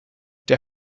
der